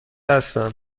هستم